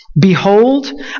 behold